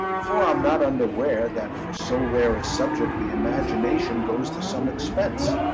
for i'm not unaware that for so rare a subject the imagination goes to some expense,